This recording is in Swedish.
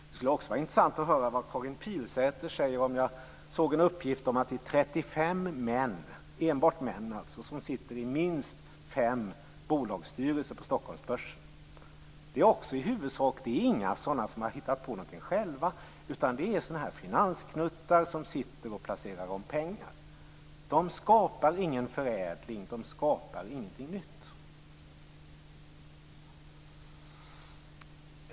Det skulle också vara intressant att höra vad Karin Pilsäter säger om uppgiften att det är 35 män, enbart män, som sitter i minst fem bolagsstyrelser på Stockholmsbörsen. Det är inga sådana som har hittat på någonting själva utan finansknuttar som placerar pengar. De skapar ingen förädling. De skapar ingenting nytt.